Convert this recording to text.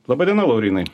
laba diena laurynai